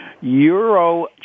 Euro